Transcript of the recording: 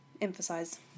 emphasize